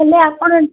ହେଲେ ଆପଣ